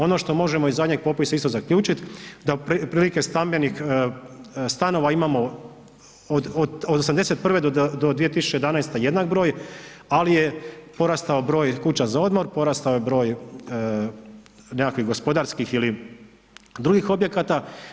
Ono što možemo iz zadnjeg popisa isto zaključit da otprilike stanova imamo od '81. do 2011. jednak broj, ali je porastao broj kuća za odmor, porastao je broj nekakvih gospodarskih ili drugih objekata.